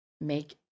make